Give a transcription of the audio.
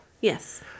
yes